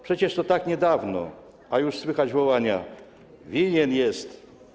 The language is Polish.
Przecież to tak niedawno, a już słychać wołania: winien jest!